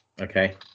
Okay